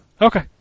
Okay